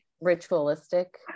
ritualistic